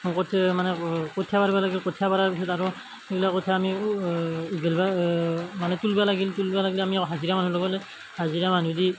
কঠীয়া মানে কঠিয়া পাৰবা লাগিল কঠীয়া পাৰাৰ পিছত আৰু সেইগিলা কঠীয়া আমি মানে তুলবা লাগিল তুলবা লাগলি আমি হাজিৰা মানুহ লগাবা লাগে হাজিৰা মানুহদি